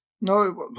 no